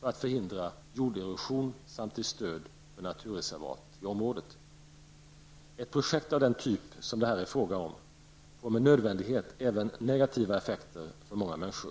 för att förhindra jorderosion samt till stöd för naturreservat i området. Ett projekt av den typ som det här är fråga om får med nödvändighet även negativa effekter för många människor.